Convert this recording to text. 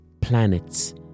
planets